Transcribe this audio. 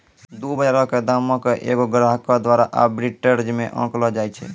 दु बजारो के दामो के एगो ग्राहको द्वारा आर्बिट्रेज मे आंकलो जाय छै